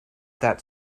that